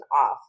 off